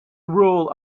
rule